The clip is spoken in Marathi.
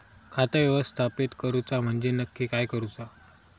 खाता व्यवस्थापित करूचा म्हणजे नक्की काय करूचा?